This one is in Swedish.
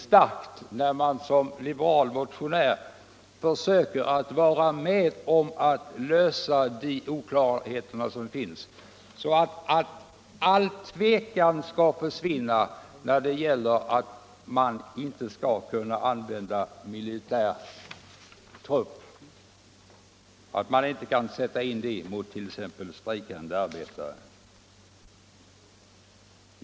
Jag har som liberal motionär försökt medverka till att undanröja de oklarheter som finns, så att man är säker på att militär trupp inte kan sättas in mot t.ex. strejkande arbetare. Mot den bakgrunden reagerar jag därför mycket starkt mot de antydningar som gjorts.